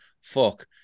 fuck